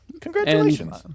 Congratulations